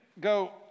go